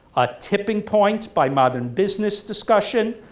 a tipping point by modern business discussion,